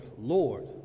Lord